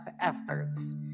efforts